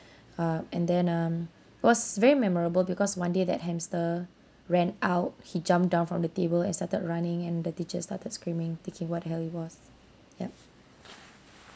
uh and then um it was very memorable because one day that hamster ran out he jumped down from the table and started running and the teacher started screaming thinking what the hell it was ya